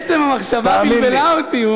עצם המחשבה בלבלה אותי.